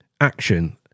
action